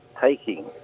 taking